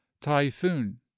typhoon